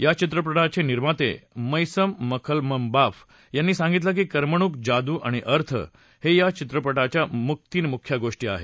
या चित्रपटाचे निर्माते मयसम मखमलबाफ यांनी सांगितलं की कर्मणूक जादू आणि अर्थ हे या चित्रपटाच्या तीन मुख्य गोष्टी आहेत